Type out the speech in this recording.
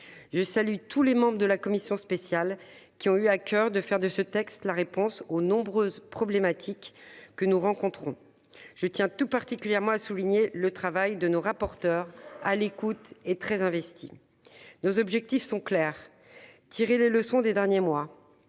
Je salue tous les membres de la commission spéciale qui ont eu à coeur de faire de ce texte la réponse aux nombreuses problématiques que nous rencontrons. Je tiens tout particulièrement à souligner le travail de nos rapporteurs, à l'écoute et investis. Nos objectifs sont clairs : tirer les leçons des derniers mois